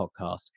Podcast